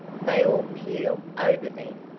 they all keel over then.